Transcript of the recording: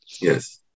Yes